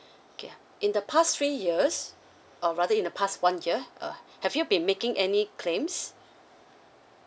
K ah in the past three years or rather in the past one year uh have you been making any claims